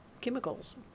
chemicals